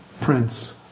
Prince